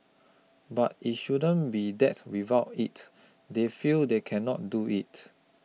but it shouldn't be that without it they feel they cannot do it